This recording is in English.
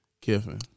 Kiffin